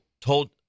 told